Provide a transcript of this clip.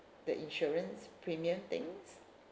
the insurance premium things